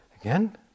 Again